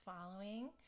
following